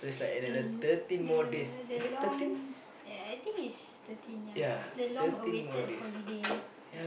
the the the long ya I think is thirteen ya the long awaited holiday that